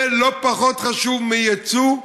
זה לא פחות חשוב מיצוא.